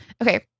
okay